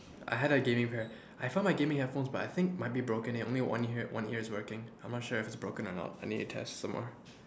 I had a gaming pair I found my gaming headphones but I think might be broken eh only one ear is working I am not sure whether it is broken or not I need to test some more